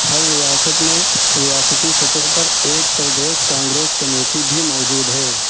ہر ریاست میں ریاستی سطح پر ایک پردیس کانگریس کمیٹی بھی موجود ہے